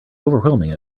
overwhelming